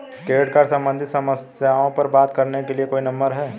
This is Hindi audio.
क्रेडिट कार्ड सम्बंधित समस्याओं पर बात करने के लिए कोई नंबर है?